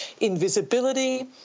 invisibility